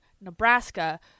nebraska